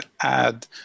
add